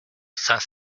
cinq